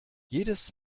jedes